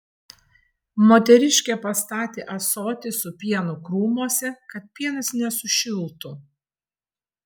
moteriškė pastatė ąsotį su pienu krūmuose kad pienas nesušiltų